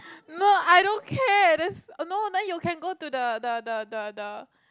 no I don't care that's oh no then you can go the the the the the the